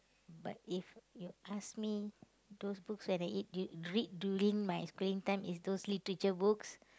but if you ask me those books when I eat du~ read during my spare time is those literature books